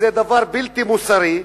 דבר בלתי מוסרי,